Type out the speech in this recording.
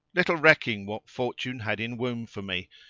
little recking what fortune had in womb for me,